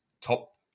top